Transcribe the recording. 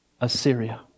Assyria